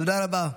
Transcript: תודה רבה.